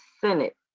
Senate